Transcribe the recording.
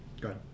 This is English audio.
good